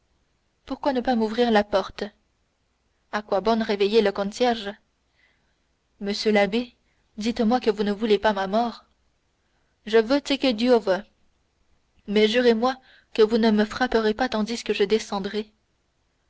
pourquoi ne pas m'ouvrir la porte à quoi bon réveiller le concierge monsieur l'abbé dites-moi que vous ne voulez pas ma mort je veux ce que dieu veut mais jurez-moi que vous ne me frapperez pas tandis que je descendrai